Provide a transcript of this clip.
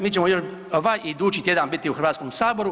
Mi ćemo još ovaj i idući tjedan biti u Hrvatskom saboru.